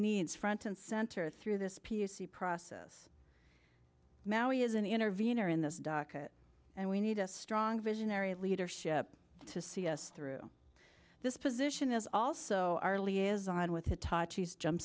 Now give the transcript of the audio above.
needs front and center through this process now he is an intervener in this docket and we need a strong visionary leadership to see us through this position is also our liaison with